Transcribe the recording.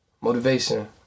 motivation